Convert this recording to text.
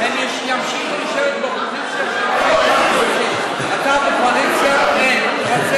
הם ימשיכו לשבת באופוזיציה, אתה בקואליציה, אין.